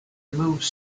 removes